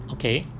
okay